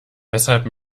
weshalb